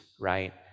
right